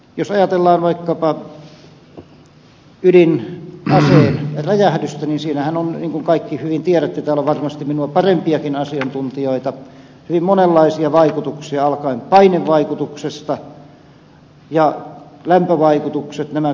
jos ajatellaan vaikkapa ydinaseräjähdystä niin siinähän on niin kun kaikki hyvin tiedätte täällä on varmasti minua parempiakin asiantuntijoita hyvin monenlaisia vaikutuksia alkaen painevaikutuksesta ja lämpövaikutuksesta nämä kaikki